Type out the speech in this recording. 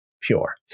pure